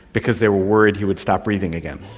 because they were worried he would stop breathing again.